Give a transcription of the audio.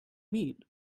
mean